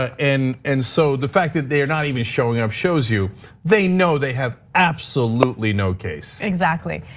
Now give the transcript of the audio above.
and and so the fact that they are not even showing up shows you they know they have absolutely no case. exactly.